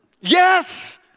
Yes